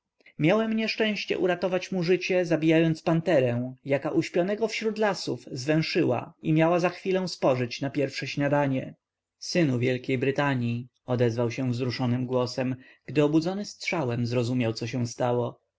miałem nieszczęście uratować mu życie zabijając panterę jaka uśpionego wśród lasu zwęszyła i miała za chwilę spożyć na pierwsze śniadanie synu wielkiej brytanii odezwał się wzruszonym głosem gdy obudzony strzałem zrozumiał co się stało